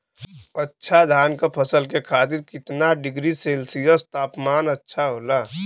अच्छा धान क फसल के खातीर कितना डिग्री सेल्सीयस तापमान अच्छा होला?